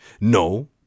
No